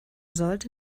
sollte